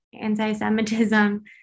anti-Semitism